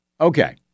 Okay